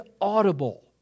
audible